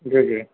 جی جی